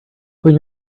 when